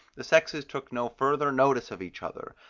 the sexes took no further notice of each other,